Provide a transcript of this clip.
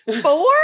four